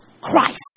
Christ